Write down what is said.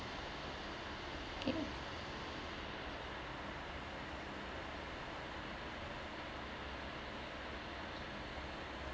yea